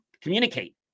communicate